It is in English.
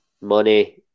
money